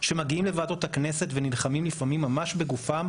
שמגיעים לוועדות הכנסת ונלחמים לפעמים ממש בגופם,